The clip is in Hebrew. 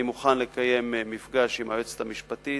אני מוכן לקיים מפגש עם היועצת המשפטית